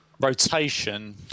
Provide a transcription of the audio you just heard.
rotation